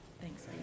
Thanks